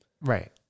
Right